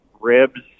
ribs